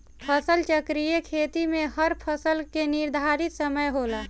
फसल चक्रीय खेती में हर फसल कअ निर्धारित समय होला